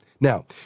Now